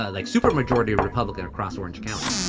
ah like super majority republican across orange county